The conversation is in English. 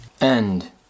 End